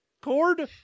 Cord